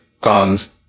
guns